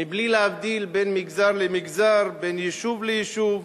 מבלי להבדיל בין מגזר למגזר, בין יישוב ליישוב.